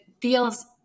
feels